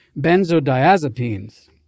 benzodiazepines